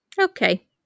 Okay